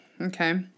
Okay